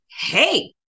hey